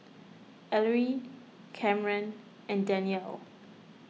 Ellery Camren and Danyell